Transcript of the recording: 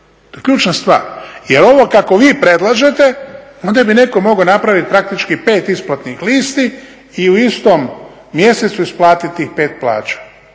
ključna stvar. Jer ovo kako vi predlažete onda bi netko mogao napraviti praktički 5 isplatnih listi i u istom mjesecu isplatiti tih 5 plaća.